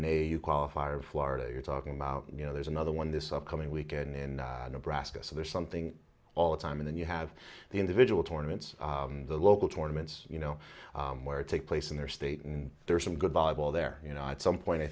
a qualifier of florida you're talking about you know there's another one this upcoming weekend in nebraska so there's something all the time and then you have the individual tournament the local tournaments you know where it takes place in their state and there's some good volleyball there you know at some point i